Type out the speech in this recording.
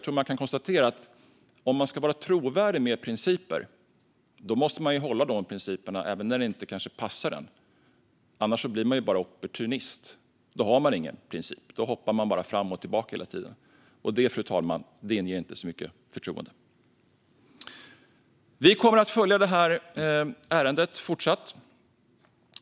Om man ska vara trovärdig när det gäller principer måste man hålla fast vid principerna även när det kanske inte passar en. Annars blir man bara opportunist. Då har man ingen princip utan hoppar bara fram och tillbaka hela tiden. Det inger inte särskilt mycket förtroende, fru talman. Vi kommer att följa det här ärendet i fortsättningen.